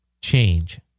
change